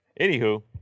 Anywho